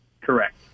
Correct